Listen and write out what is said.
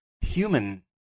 human